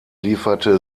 lieferte